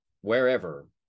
wherever